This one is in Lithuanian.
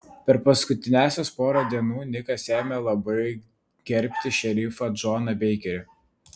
per paskutiniąsias porą dienų nikas ėmė labai gerbti šerifą džoną beikerį